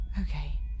okay